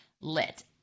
lit